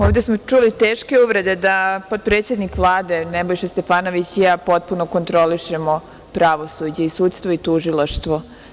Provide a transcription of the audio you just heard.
Ovde smo čuli teške uvrede da predsednik Vlade Nebojša Stefanović i ja potpuno kontrolišemo pravosuđe i sudstvo i tužilaštvo.